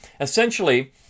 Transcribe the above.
essentially